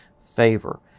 favor